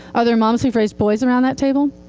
are there moms who've raised boys around that table?